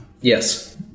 yes